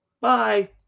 Bye